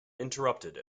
interrupted